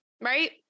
right